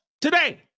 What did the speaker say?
today